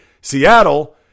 Seattle